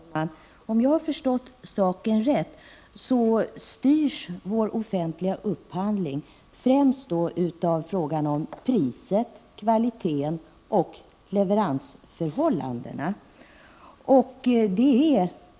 Herr talman! Om jag har förstått saken rätt styrs vår offentliga upphandling främst av priset, kvaliteten och leveransförhållandena.